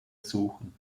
suchen